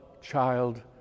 child